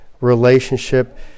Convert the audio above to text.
relationship